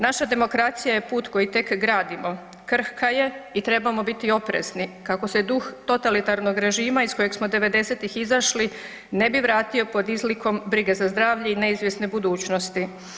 Naša demokracija je put koji tek gradimo, krhka je i trebamo biti oprezni kao se duh totalitarnog režima iz kojeg smo 90-ih izašli, ne bi vratio pod izlikom brig za zdravlje i neizvjesne budućnosti.